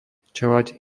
čeľaď